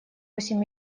восемь